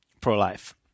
pro-life